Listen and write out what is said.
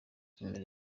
numero